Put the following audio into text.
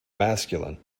masculine